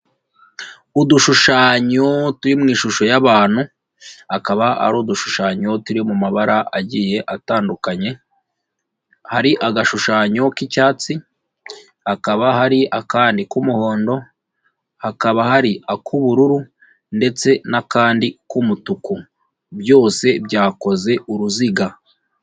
Udushushanyo turi mu ishusho y'abantu, akaba ari udushushanyo turi mu mabara agiye atandukanye, hari agashushanyo k'icyatsi, hakaba hari ak'umuhondo, hakaba hari ak'ubururu ndetse n'akandi k'umutuku, byose byakoze uruziga.